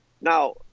Now